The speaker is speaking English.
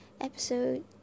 episode